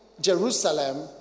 Jerusalem